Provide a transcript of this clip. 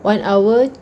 one hour